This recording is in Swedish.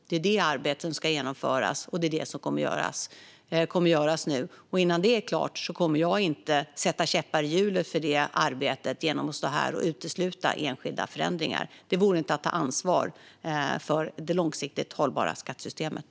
Det är det arbetet som nu ska genomföras, och innan det är klart kommer jag inte att sätta käppar i hjulet för arbetet genom att stå här och utesluta enskilda förändringar. Det vore inte att ta ansvar för det långsiktigt hållbara skattesystemet.